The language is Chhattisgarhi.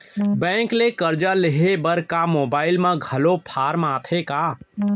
बैंक ले करजा लेहे बर का मोबाइल म घलो फार्म आथे का?